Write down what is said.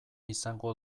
izango